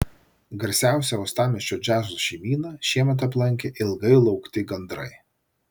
garsiausią uostamiesčio džiazo šeimyną šiemet aplankė ilgai laukti gandrai